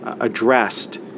addressed